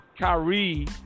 Kyrie